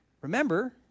Remember